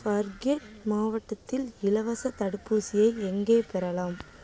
ஃபர்கே மாவட்டத்தில் இலவசத் தடுப்பூசியை எங்கே பெறலாம்